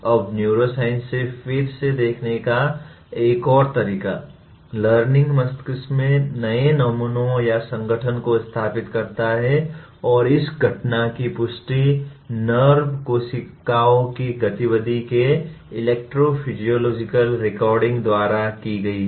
अब न्यूरोसाइंस से फिर से देखने का एक और तरीका लर्निंग मस्तिष्क में नए नमूनों या संगठन को स्थापित करता है और इस घटना की पुष्टि नर्व कोशिकाओं की गतिविधि के इलेक्ट्रोफिजियोलॉजिकल रिकॉर्डिंग द्वारा की गई है